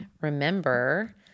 remember